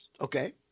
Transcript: Okay